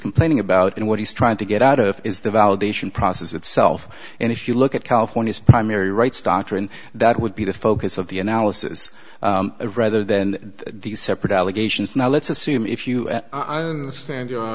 complaining about and what he's trying to get out of is the validation process itself and if you look at california's primary rights doctrine that would be the focus of the analysis rather than the separate allegations now let's assume if you